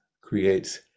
creates